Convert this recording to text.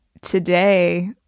today